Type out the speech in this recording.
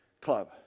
club